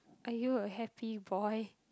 are you a happy boy